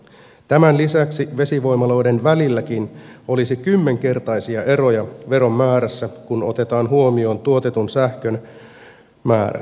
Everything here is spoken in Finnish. tämän lisäksi vesivoimaloiden välilläkin olisi kymmenkertaisia eroja veron määrässä kun otetaan huomioon tuotetun sähkön määrä